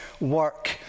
work